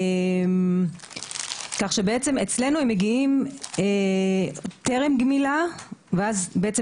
בעצם אלינו הם מגיעים טרם גמילה ואז בעצם